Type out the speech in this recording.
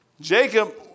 Jacob